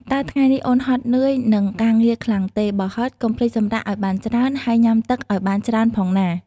តើថ្ងៃនេះអូនហត់នឿយនឹងការងារខ្លាំងទេ? បើហត់ កុំភ្លេចសម្រាកឱ្យបានច្រើន ហើយញ៉ាំទឹកឱ្យបានច្រើនផងណា។